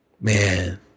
man